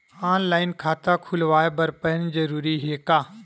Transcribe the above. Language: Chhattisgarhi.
ऑनलाइन खाता खुलवाय बर पैन जरूरी हे का?